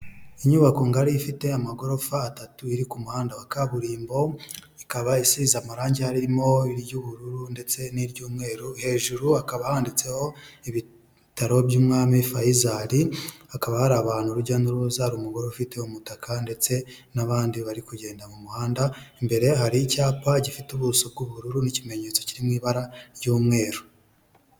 Inyubako ngari ifite amagorofa atatu iri ku muhanda wa kaburimbo, ikaba isize amarangi ari irimo iry'ubururu ndetse n'iry'umweru hejuru hakaba handitseho ibitaro by'umwami faisali hakaba hari abantu urujya n'uruza ari umugore ufite umutaka ndetse n'abandi bari kugenda mu muhanda, imbere hari icyapa gifite ubuso bw'ubururu n'ikimenyetso kiririmo ibara ry'umweru.